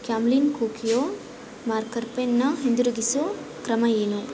Camlin Kokuyo marker ಪೆನ್ನನ್ನ ಹಿಂದಿರುಗಿಸೋ ಕ್ರಮ ಏನು